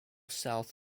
south